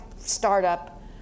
startup